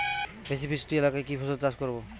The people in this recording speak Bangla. বেশি বৃষ্টি এলাকায় কি ফসল চাষ করব?